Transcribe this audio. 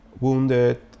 wounded